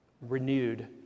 renewed